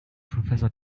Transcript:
professor